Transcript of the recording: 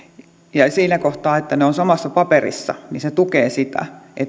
se että ne ovat samassa paperissa tukee sitä